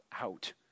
out